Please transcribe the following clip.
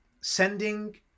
sending